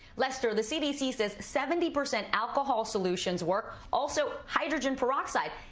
like sort of the cdc says seventy percent alcohol solutions work. also, hydrogen peroxide.